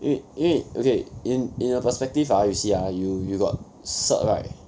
因为因为 okay in in a perspective ah you see ah you you got cert right